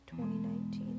2019